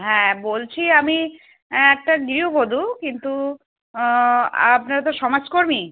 হ্যাঁ বলছি আমি একটা গিহবধূ কিন্তু আপনারা তো সমাজকর্মী